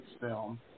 film